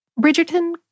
Bridgerton